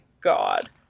god